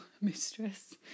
mistress